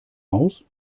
aus